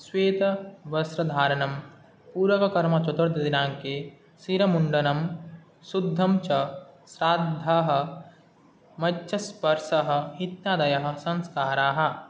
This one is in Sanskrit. श्वेतवस्त्रधारणं पूरवकर्म चतुर्थदिनाङ्के शिरोमुण्डनं शुद्धं च श्राद्धाः मच्चस्पर्शः इत्यादयः संस्काराः